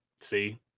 see